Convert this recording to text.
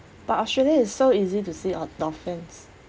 but australia is so easy to see a dolphins